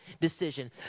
decision